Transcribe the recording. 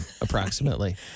approximately